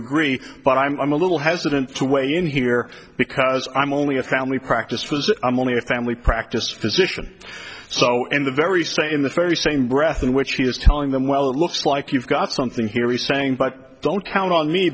agree but i'm a little hesitant to weigh in here because i'm only a family practice was i'm only a family practice physician so in the very state in this very same breath in which he is telling them well it looks like you've got something here we saying but don't count